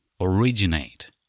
originate